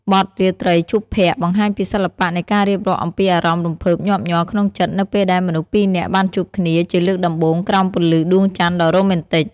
បទ "រាត្រីជួបភក្រ្ត" បង្ហាញពីសិល្បៈនៃការរៀបរាប់អំពីអារម្មណ៍រំភើបញាប់ញ័រក្នុងចិត្ត នៅពេលដែលមនុស្សពីរនាក់បានជួបគ្នាជាលើកដំបូងក្រោមពន្លឺដួងច័ន្ទដ៏រ៉ូមែនទិក។